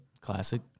Classic